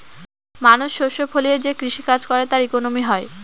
মানুষ শস্য ফলিয়ে যে কৃষি কাজ করে তার ইকোনমি হয়